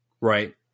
Right